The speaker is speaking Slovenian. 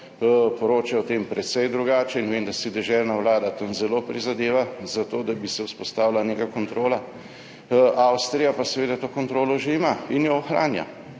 poročajo o tem precej drugače in vem, da si deželna vlada tam zelo prizadeva za to, da bi se vzpostavila neka kontrola. Avstrija pa seveda to kontrolo že ima in jo ohranja